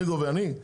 מי גובה, אני?